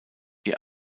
ihr